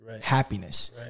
Happiness